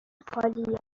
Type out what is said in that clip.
خالی